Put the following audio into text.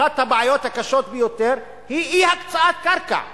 אחת הבעיות הקשות ביותר היא אי-הקצאת קרקע לבנייה.